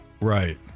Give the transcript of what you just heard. Right